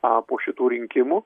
a po šitų rinkimų